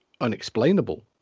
unexplainable